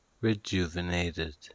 rejuvenated